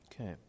Okay